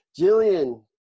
jillian